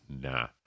nah